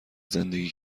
زندگی